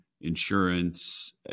insurance